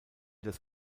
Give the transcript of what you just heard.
das